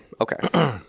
Okay